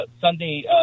Sunday